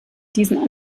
diesen